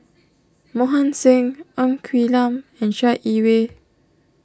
Mohan Singh Ng Quee Lam and Chai Yee Wei